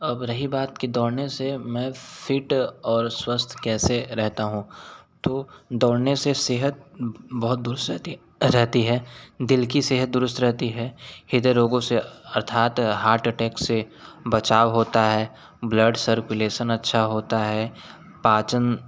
अब रही बात कि दौड़ने से मैं फिट और स्वस्थ कैसे रहता हूँ तो दौड़ने से सेहत बहुत दुरुस्त रहती है रहती है दिल की सेहत दुरुस्त रहती है हृदय रोगों से अर्थात हार्ट अटैक से बचाव होता है ब्लड सर्कुलेशन अच्छा होता है पाचन